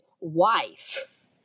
wife